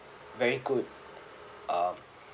very good um